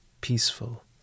peaceful